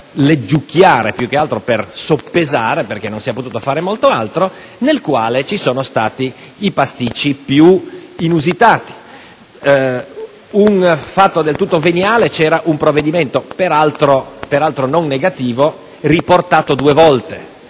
per leggiucchiare, più che altro per soppesare, perché non si è potuto fare molto altro, nel quale vi sono stati i pasticci più inusitati. Ad esempio, fatto del tutto veniale, c'era un provvedimento, peraltro non negativo, riportato due volte.